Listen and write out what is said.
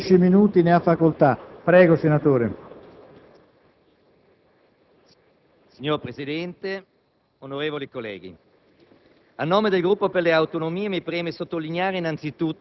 Ci auguriamo e siamo convinti che abbiate visto giustamente: non si trattava più di autonomia, ma di separatezza per quello che avveniva. Siamo convinti che la scelta sia stata fatta in modo oculato.